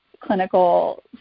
clinical